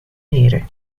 nere